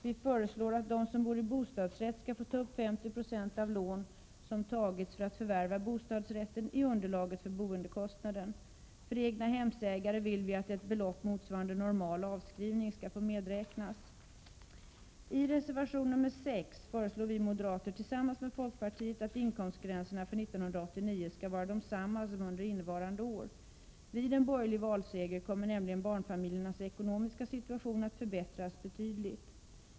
Vi föreslår att de som bor i bostadsrätt skall få ta upp 50 26 av lån som tagits för att förvärva bostadsrätten i underlaget för boendekostnaden. För egnahemsägare vill vi att ett belopp motsvarande normal avskrivning skall få medräknas. I reservation 6 föreslår vi moderater, tillsammans med folkpartiet, att inkomstgränserna för 1989 skall vara desamma som under innevarande år. Vid en borgerlig valseger kommer nämligen barnfamiljernas ekonomiska situation att förbättras betydligt.